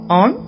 on